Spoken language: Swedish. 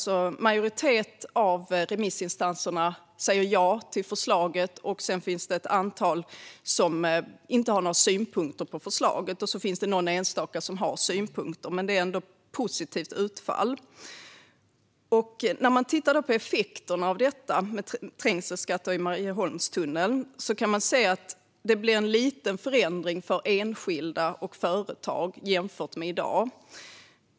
En majoritet av remissinstanserna säger ja till förslaget, och det finns ett antal som inte har några synpunkter på det. Det finns även någon enstaka som har synpunkter, men det är ändå ett positivt utfall. När man tittar på effekterna av trängselskatter i Marieholmstunneln kan man se att det blir en liten förändring för enskilda och företag jämfört med i dag.